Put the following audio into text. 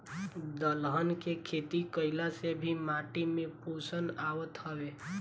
दलहन के खेती कईला से भी माटी में पोषण आवत हवे